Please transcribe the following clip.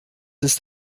ist